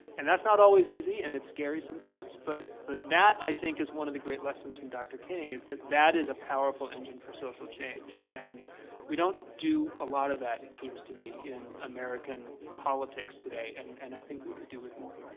and that's not always easy, and it's scary sometimes. but but that, i think, is one of the great lessons from dr. king is that that is a powerful engine for social change. and we don't do a lot of that, it seems to me, in american politics today. and and i think we can do it more.